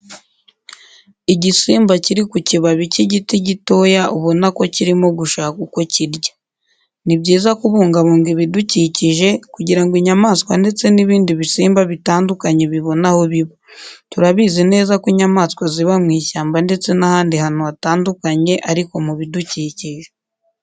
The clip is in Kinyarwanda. Igisimba kiri ku kibabi cy'igiti gitoya ubona ko kirimo gushaka uko kirya. Ni byiza kubungabunga ibidukikije kugira ngo inyamaswa ndetse n'ibindi bisimba bitandukanye bibone aho biba. Turabizi neza ko inyamaswa ziba mu ishyamba ndetse n'ahandi hantu hatandukanye ariko mu bidukikije.